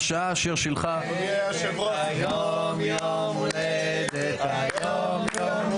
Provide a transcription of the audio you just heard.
הרשעה אשר שילחה" --- היום יום הולדת --- עכשיו?